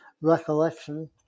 recollection